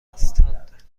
هستند